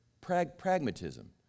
Pragmatism